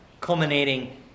culminating